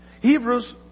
Hebrews